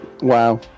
Wow